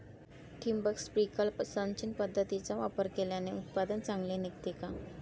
ठिबक, स्प्रिंकल सिंचन पद्धतीचा वापर केल्याने उत्पादन चांगले निघते का?